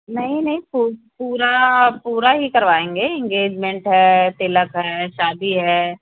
नहीं नहीं पू पूरा पूरा ही करवाएंगे इंगेजमेंट है तिलक है शादी है